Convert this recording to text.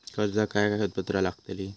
कर्जाक काय कागदपत्र लागतली?